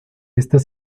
estas